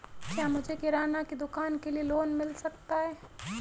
क्या मुझे किराना की दुकान के लिए लोंन मिल सकता है?